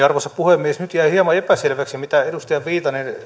arvoisa puhemies nyt jäi hieman epäselväksi mitä edustaja viitanen